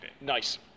Nice